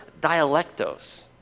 dialectos